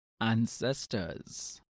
ancestors